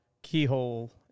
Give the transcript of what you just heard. keyhole